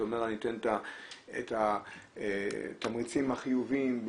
אתה אומר שתיתן את התמריצים החיוביים,